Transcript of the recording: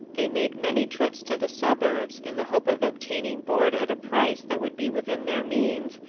they made many trips to the suburbs in the hope of obtaining board at a price that would be within their means,